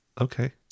okay